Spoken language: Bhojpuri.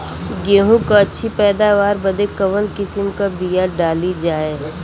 गेहूँ क अच्छी पैदावार बदे कवन किसीम क बिया डाली जाये?